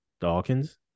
Dawkins